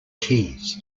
keys